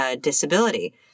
disability